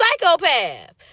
psychopath